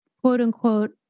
quote-unquote